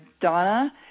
Donna